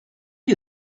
you